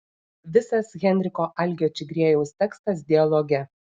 visas henriko algio čigriejaus tekstas dialoge